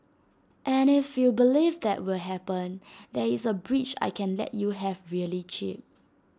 and if you believe that will happen there is A bridge I can let you have really cheap